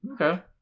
Okay